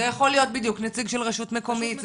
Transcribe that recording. זה יכול להיות בדיוק נציג של רשות מקומית.